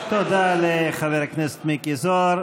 תודה לחבר הכנסת מיקי זוהר.